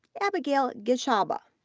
abigail gichaba,